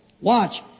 Watch